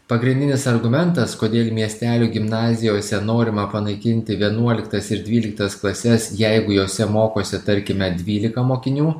pagrindinis argumentas kodėl miestelių gimnazijose norima panaikinti vienuoliktas ir dvyliktas klases jeigu jose mokosi tarkime dvylika mokinių